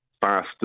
Faster